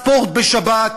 ספורט בשבת,